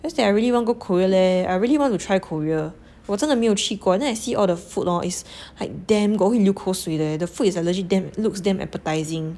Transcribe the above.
just that I really want to go Korea leh I really want to try Korea 我真的没有去过 then I see all the food hor is like damn good 会流口水的 the food is like legit damn looks damn appetizing